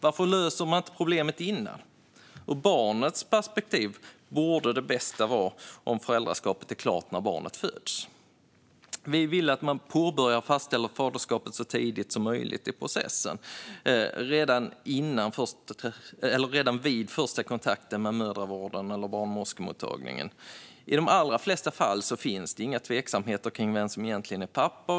Varför löser man inte problemet innan? Ur barnets perspektiv borde det bästa vara om föräldraskapet är klart när barnet föds. Vi vill att man påbörjar att fastställa faderskapet så tidigt som möjligt i processen, redan vid första kontakten med mödravården eller barnmorskemottagningen. I de allra flesta fall finns det inga tveksamheter kring vem som egentligen är pappa.